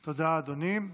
תודה, אדוני.